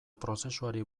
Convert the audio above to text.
prozesuari